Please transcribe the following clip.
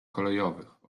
kolejowych